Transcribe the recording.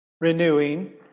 renewing